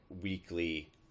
weekly